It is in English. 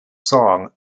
song